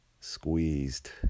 squeezed